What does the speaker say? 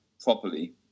properly